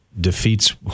defeats